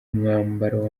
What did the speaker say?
mwambaro